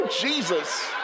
Jesus